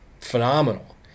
phenomenal